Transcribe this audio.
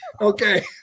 Okay